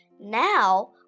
Now